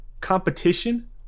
competition